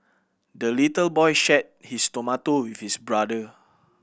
the little boy shared his tomato his brother